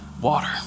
water